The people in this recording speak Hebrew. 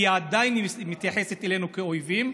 כי היא עדיין מתייחסת אלינו כאויבים,